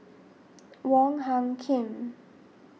Wong Hung Khim